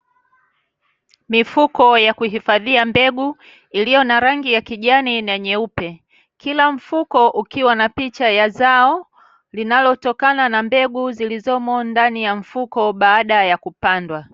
Mifuko ya kujihifadhia mbegu iliyo na rangi ya kijani na nyeupe. Kila mfuko ukiwa na picha ya zao linalotokana na mbegu zilizomo ndani ya mfuko, baada ya kupandwa .